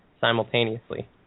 simultaneously